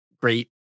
great